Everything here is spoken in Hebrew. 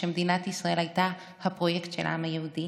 כשמדינת ישראל הייתה הפרויקט של העם היהודי,